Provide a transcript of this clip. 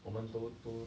我们都都